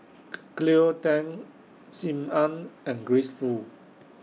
Cleo Thang SIM Ann and Grace Fu